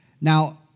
Now